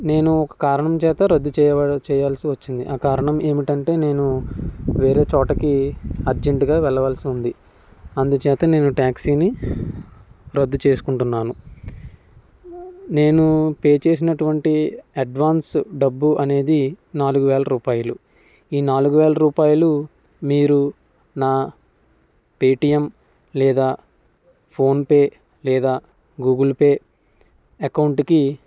నేను ఒక కారణం చేత రద్దు చేయవా చేయాల్సి వచ్చింది ఆ కారణం ఏమిటంటే నేను వేరే చోటకి అర్జెంటుగా వెళ్ళవలసి ఉంది అందుచేత నేను టాక్సీని రద్దు చేసుకుంటున్నాను నేను పే చేసినటువంటి అడ్వాన్స్ డబ్బు అనేది నాలుగు వేల రూపాయలు ఈ నాలుగు వేల రూపాయలు మీరు నా పేటీఎం లేదా ఫోన్ పే లేదా గూగుల్ పే అకౌంట్కి